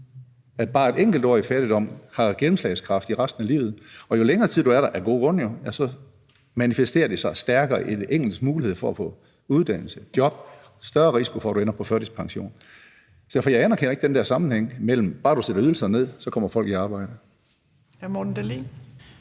at bare et enkelt år i fattigdom har gennemslagskraft i resten af livet, og jo længere tid du er der, manifesterer det sig af gode grunde stærkere i den enkeltes mulighed for at få uddannelse og job og giver større risiko for, at du ender på førtidspension. Så jeg anerkender ikke den der sammenhæng mellem, at hvis bare du sætter ydelserne ned, kommer folk i arbejde.